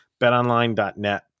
betonline.net